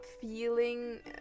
feeling